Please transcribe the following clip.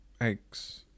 eggs